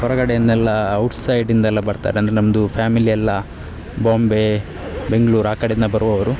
ಹೊರಗಡೆಯಿಂದೆಲ್ಲ ಔಟ್ಸೈಡಿಂದೆಲ್ಲ ಬರ್ತಾರೆ ಅಂದರೆ ನಮ್ಮದು ಫ್ಯಾಮಿಲಿ ಎಲ್ಲ ಬಾಂಬೇ ಬೆಂಗ್ಳೂರು ಆ ಕಡೆಯಿಂದ ಬರುವವರು